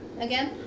again